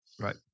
Right